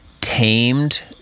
tamed